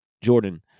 Jordan